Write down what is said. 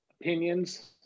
opinions